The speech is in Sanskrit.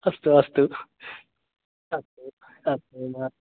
अस्तु अस्तु अस्तु अस्तु